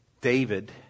David